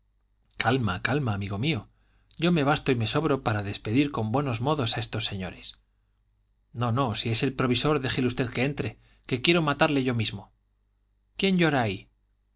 calma calma amigo mío yo me basto y me sobro para despedir con buenos modos a estos señores no no si es el provisor déjele usted que entre que quiero matarle yo mismo quién llora ahí